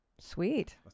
Sweet